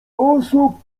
osób